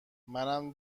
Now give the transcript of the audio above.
منم